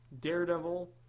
Daredevil